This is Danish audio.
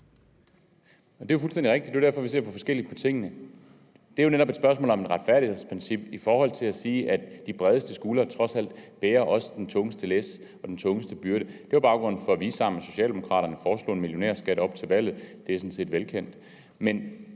Det er fuldstændig rigtigt. Det er derfor, vi ser forskelligt på tingene. Det er jo netop et spørgsmål om et retfærdighedsprincip i forhold til at sige, at de bredeste skuldre trods alt også bærer det tungeste læs og den tungeste byrde. Det var baggrunden for, at vi sammen med Socialdemokraterne foreslog en millionærskat op til valget. Det er sådan set velkendt.